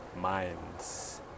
minds